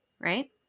right